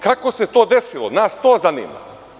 Kako se to desilo, nas to zanima?